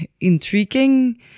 intriguing